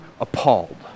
appalled